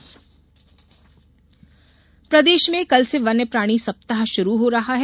वन्य प्राणी सप्ताह प्रदेश में कल से वन्य प्राणी सप्ताह शुरू हो रहा है